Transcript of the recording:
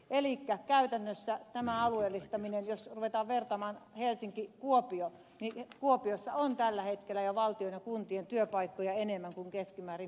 elikkä käytännössä tässä alueellistamisessa jos ruvetaan vertaamaan kuopio niin kuopiossa on tällä hetkellä jo valtion ja kuntien työpaikkoja enemmän kuin keskimäärin helsingissä